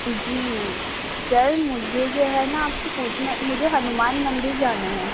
جی sir مجھے جو ہے نا آپ سے پوچھنا ہے مجھے ہنومان مندر جانا ہے